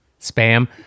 Spam